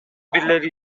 бирлери